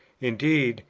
indeed,